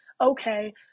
okay